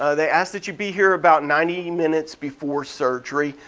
ah they ask that you be here about ninety minutes before surgery.